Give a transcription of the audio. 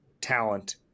talent